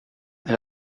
elle